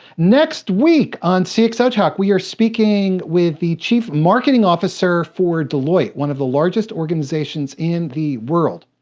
next week on cxotalk, we are speaking with the chief marketing officer for deloitte, one of the largest organizations in the world.